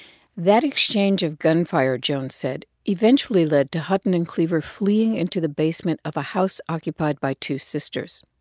that exchange of gunfire, jones said, eventually led to hutton and cleaver fleeing into the basement of a house occupied by two sisters.